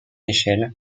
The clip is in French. échelle